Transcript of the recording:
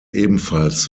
ebenfalls